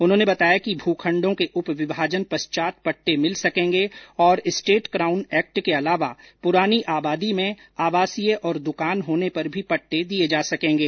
उन्होंने बताया कि भूखंडों के उपविभाजन पश्चात पट्टे मिल सकेंगे और स्टेट क्राउन एक्ट के अलावा पुरानी आबादी में आवासीय और दुकान होने पर भी पट्टे दिए जा सकेंगे